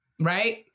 Right